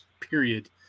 period